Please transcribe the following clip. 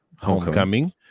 Homecoming